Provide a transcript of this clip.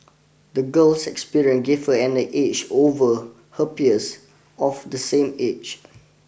the girl's experience gave her an edge over her peers of the same age